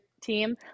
team